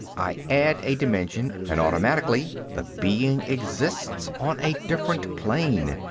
i add a dimension, and automatically the being exists on a different plane.